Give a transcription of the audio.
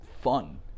fun